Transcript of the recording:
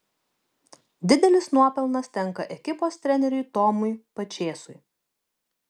didelis nuopelnas tenka ekipos treneriui tomui pačėsui